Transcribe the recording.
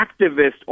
activist